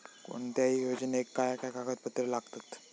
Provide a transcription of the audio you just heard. कोणत्याही योजनेक काय काय कागदपत्र लागतत?